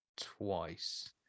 twice